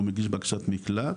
או מגיש בקשת מקלט,